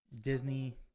Disney